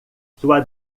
sua